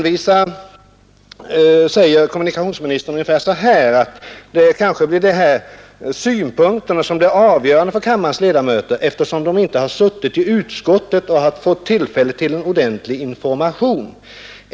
Vidare säger kommunikationsministern ungefär så här: Det kanske blir de här synpunkterna från vissa remissinstanser som blir avgörande för kammarens ledamöter, eftersom de inte har suttit i utskottet och fått tillfälle till en ordentlig information.